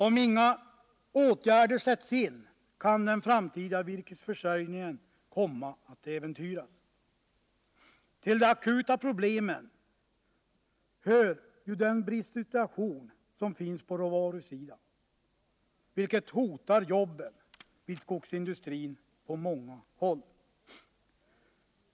Om inga åtgärder sätts in kan den framtida virkesförsörjningen komma att äventyras. Till de akuta problemen hör bristsituationen på råvarusidan, vilken hotar jobben vid skogsindustrin på många håll.